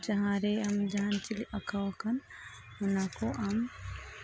ᱡᱟᱦᱟᱸᱨᱮ ᱟᱢ ᱡᱟᱦᱟᱱ ᱪᱤᱞᱤ ᱟᱸᱠᱟᱣ ᱟᱠᱟᱱ ᱚᱱᱟ ᱠᱚ ᱟᱢ